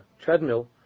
treadmill